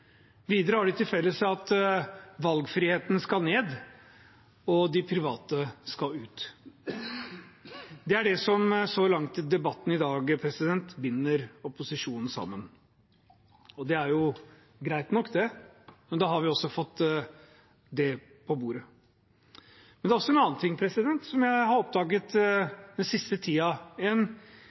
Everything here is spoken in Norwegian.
Videre har de til felles at valgfriheten skal ned, og de private skal ut. Det er det som så langt i debatten i dag binder opposisjonen sammen. Det er greit nok det, men da har vi også fått det på bordet. Men det er også en annen ting som jeg har oppdaget den siste